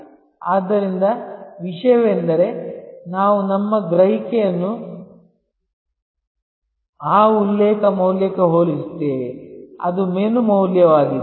ಆದ್ದರಿಂದ ವಿಷಯವೆಂದರೆ ನಾವು ನಮ್ಮ ಗ್ರಹಿಕೆಯನ್ನು ಆ ಉಲ್ಲೇಖ ಮೌಲ್ಯಕ್ಕೆ ಹೋಲಿಸುತ್ತೇವೆ ಅದು ಮೆನು ಮೌಲ್ಯವಾಗಿದೆ